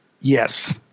Yes